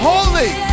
Holy